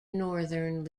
northern